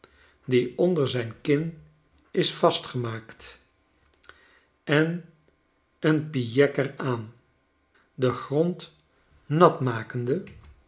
die onder zijn kin is vastgemaakt en een pijekker aan dengrondnat makende